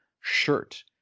shirt